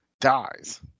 dies